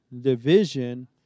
division